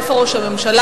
איפה ראש הממשלה,